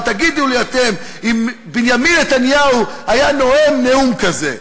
ותגידו לי אתם אם בנימין נתניהו היה נואם נאום כזה.